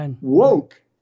Woke